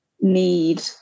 need